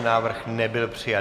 Návrh nebyl přijat.